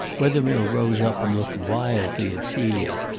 wethermill rose up and looked wildly at celia.